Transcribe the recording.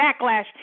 backlash